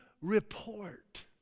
report